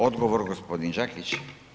Odgovor gospodin Đakić.